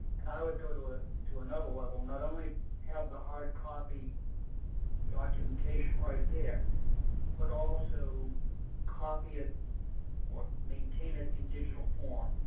i would go to ah to another level not only have the hard copy documentation right there but also copy it or maintain it in digital form,